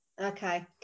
Okay